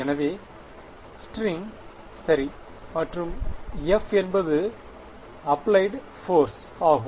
எனவே ஸ்ட்ரிங் சரி மற்றும் F என்பது அப்லைட் போர்ஸ் ஆகும்